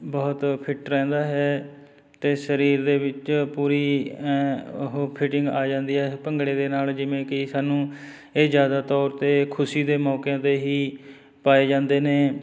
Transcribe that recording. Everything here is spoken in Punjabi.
ਬਹੁਤ ਫਿੱਟ ਰਹਿੰਦਾ ਹੈ ਅਤੇ ਸਰੀਰ ਦੇ ਵਿੱਚ ਪੂਰੀ ਉਹ ਫਿਟਿੰਗ ਆ ਜਾਂਦੀ ਹੈ ਭੰਗੜੇ ਦੇ ਨਾਲ ਜਿਵੇਂ ਕਿ ਸਾਨੂੰ ਇਹ ਜ਼ਿਆਦਾ ਤੌਰ 'ਤੇ ਖੁਸ਼ੀ ਦੇ ਮੌਕਿਆਂ 'ਤੇ ਹੀ ਪਾਏ ਜਾਂਦੇ ਨੇ